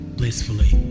blissfully